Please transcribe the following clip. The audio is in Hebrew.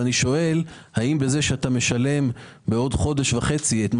אני שואל האם בזה שאתה משלם בעוד חודש וחצי את מה